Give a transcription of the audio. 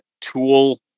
tool